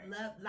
love